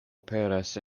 aperas